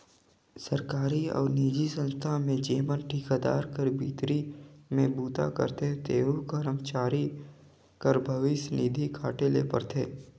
सरकारी अउ निजी संस्था में जेमन ठिकादार कर भीतरी में बूता करथे तेहू करमचारी कर भविस निधि काटे ले परथे